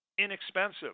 inexpensive